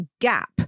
GAP